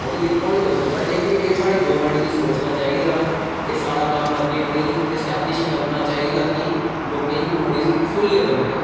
ओह् बी दिक्खो नी तुस व लेकिन एह् साढ़ी गौरमैंट गी सोचना चाही दा एह् साढ़ा कम्मा उनेंगी अग्गैं अस्टैवलिश करना चाही दा कि लोकें गी थोह्ड़ी स्हूलियत मिलै